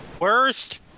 Worst